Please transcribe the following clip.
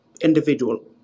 individual